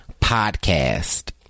podcast